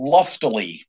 Lustily